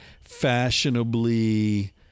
fashionably